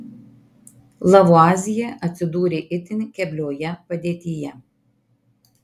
lavuazjė atsidūrė itin keblioje padėtyje